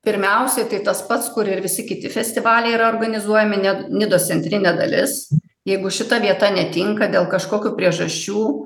pirmiausia tai tas pats kur ir visi kiti festivaliai yra organizuojami net nidos centrinė dalis jeigu šita vieta netinka dėl kažkokių priežasčių